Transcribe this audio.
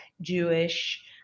Jewish